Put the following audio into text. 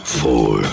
four